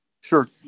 Sure